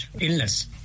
illness